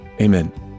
Amen